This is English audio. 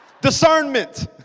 Discernment